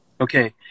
Okay